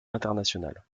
internationales